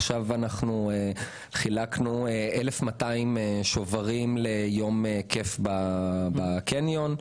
עכשיו חילקנו 1,200 שוברים ליום כיף בקניון.